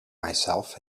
myself